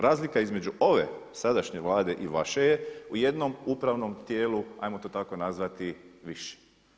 Razlika između ove sadašnje Vlade i vaše je u jednom upravnom tijelu, ajmo to tako nazvati, više.